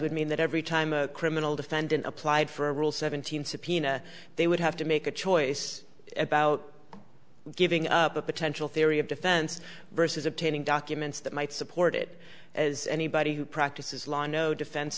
would mean that every time a criminal defendant applied for a rule seventeen subpoena they would have to make a choice about giving up a potential theory of defense versus obtaining documents that might support it as anybody who practices law know defen